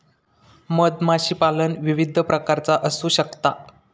मधमाशीपालन विविध प्रकारचा असू शकता